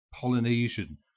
Polynesian